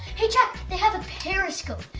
hey jack! they have a periscope,